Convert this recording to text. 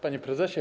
Panie Prezesie!